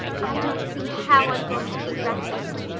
i don't see how i'm going to eat breakfast,